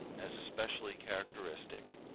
as especially characteristic,